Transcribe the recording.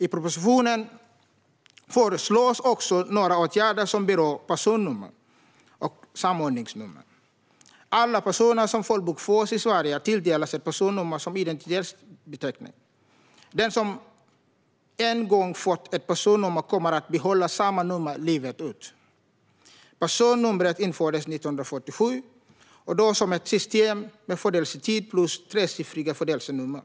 I propositionen föreslås också några åtgärder som berör personnummer och samordningsnummer. Alla personer som folkbokförs i Sverige tilldelas ett personnummer som identitetsbeteckning. Den som en gång fått ett personnummer kommer att behålla samma nummer livet ut. Personnumret infördes 1947 och då som ett system med födelsetid plus ett tresiffrigt födelsenummer.